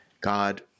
God